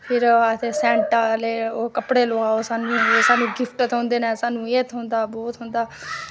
फिर आखदे सैंटा आह्ले ओह् कपड़े लोआओ साह्नू साह्नू गिफ्ट थ्होंदे नै साह्नू एह् थ्होंदा बो थ्होंदा